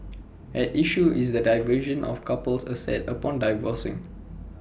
at issue is the division of couple's assets upon divorcing